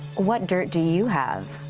what dirt do you have?